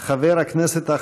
חברת הכנסת ניבין אבו רחמון,